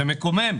זה מקומם.